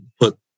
put